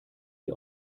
sie